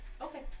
Okay